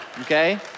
okay